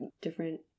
different